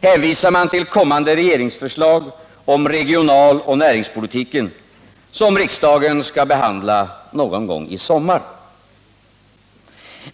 hänvisar man till kommande regeringsförslag om regionaloch näringspolitiken, som riksdagen skall behandla någon gång i sommar.